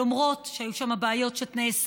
למרות שהיו שם בעיות של תנאי סף,